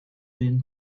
been